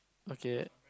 okay